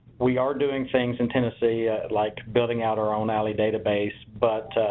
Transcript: we are doing things in tennessee like building out our own ali database but